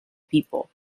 people